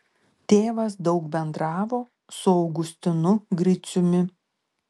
tėvas daug bendravo su augustinu griciumi